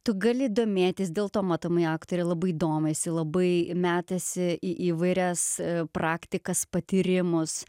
tu gali domėtis dėl to matomai aktorė labai domisi labai metėsi į įvairias praktikas patyrimus